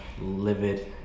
livid